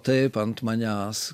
taip ant manęs